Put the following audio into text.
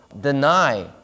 deny